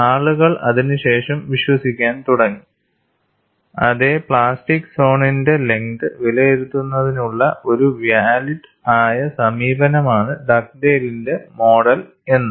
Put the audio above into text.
ആളുകൾ അതിനു ശേഷം വിശ്വസിക്കാൻ തുടങ്ങി അതെ പ്ലാസ്റ്റിക് സോണിന്റെ ലെങ്ത് വിലയിരുത്തുന്നതിനുള്ള ഒരു വ്യാലിഡ് ആയ സമീപനമാണ് ഡഗ്ഡെയ്ലിന്റെ മോഡൽ എന്ന്